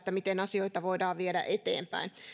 miten asioita voidaan viedä eteenpäin